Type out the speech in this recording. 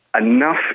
enough